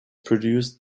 produced